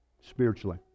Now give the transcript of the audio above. spiritually